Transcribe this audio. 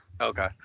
Okay